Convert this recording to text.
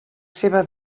seva